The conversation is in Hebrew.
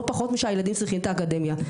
לא פחות משהילדים צריכים את האקדמיה.